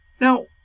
Now